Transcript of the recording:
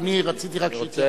אדוני, רציתי רק שיתייחס.